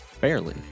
Barely